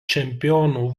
čempionų